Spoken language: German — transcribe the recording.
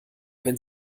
wenn